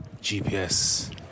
GPS